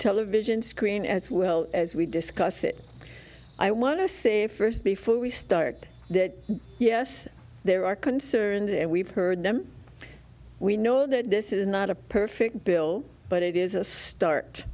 television screen as well as we discuss it i want to say first before we start that yes there are concerns and we've heard them we know that this is not a perfect bill but it is a start